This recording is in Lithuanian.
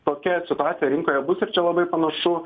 tokia situacija rinkoje bus ir čia labai panašu